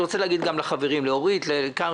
אני רוצה להגיד גם לאורית פרקש-הכהן,